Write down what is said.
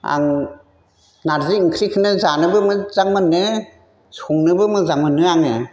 आं नारजि ओंख्रिखौनो जानोबो मोजां मोनो संनोबो मोजां मोनो आङो